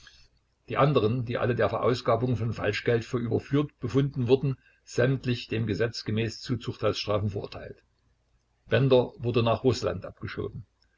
die anderen die alle der verausgabung von falschgeld für überführt befunden wurden sämtlich dem gesetz gemäß zu zuchthausstrafen verurteilt bender wurde nach rußland abgeschoben